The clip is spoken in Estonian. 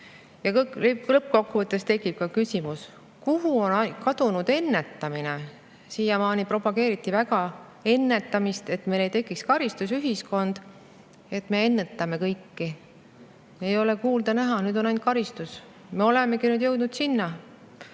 Lõppkokkuvõttes tekib küsimus, kuhu on kadunud ennetamine. Siiamaani propageeriti väga ennetamist, et meil ei tekiks karistusühiskond, et me ennetaks kõike [halba]. Seda ei ole kuulda-näha, nüüd on ainult karistus. Me olemegi jõudnud sinna: